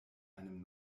einem